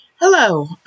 Hello